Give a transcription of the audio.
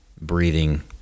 breathing